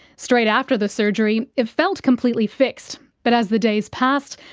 straight after the surgery, it felt completely fixed, but as the days passed,